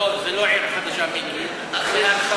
לא, זאת לא עיר חדשה, מיקי, זאת הרחבה,